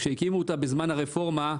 כשהקימו אותה בזמן הרפורמה,